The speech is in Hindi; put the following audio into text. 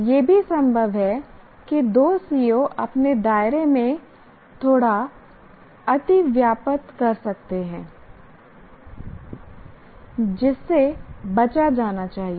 यह भी संभव है कि 2 CO अपने दायरे में थोड़ा अतिव्याप्त कर सकते हैं जिससे बचा जाना चाहिए